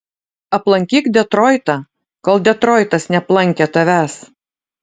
aplankyk detroitą kol detroitas neaplankė tavęs